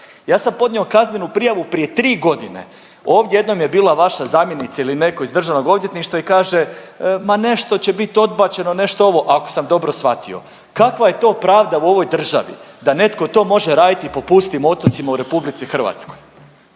Ja sam podnio kaznenu prijavu prije 3.g., ovdje jednom je bila vaša zamjenica ili netko iz DORH-a i kaže, ma nešto će biti odbačeno, nešto ovo, ako sam dobro shvatio, kakva je to pravda u ovoj državi da netko to može raditi po pustim otocima u RH? Kakva